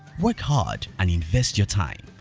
work hard and invest your time,